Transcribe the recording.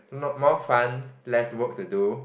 mo~ more fun less work to do